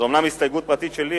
זו אומנם הסתייגות פרטית שלי,